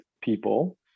people